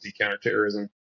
counterterrorism